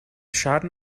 schaden